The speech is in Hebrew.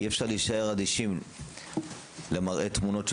אי-אפשר להישאר אדישים למראה תמונות של